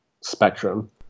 spectrum